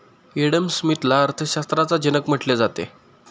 Adam स्मिथला अर्थशास्त्राचा जनक म्हटले जाते